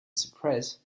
suppressed